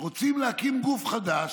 אנחנו רוצים להקים גוף חדש,